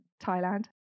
Thailand